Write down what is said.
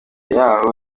yaho